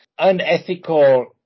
Unethical